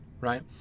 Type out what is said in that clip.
Right